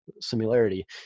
similarity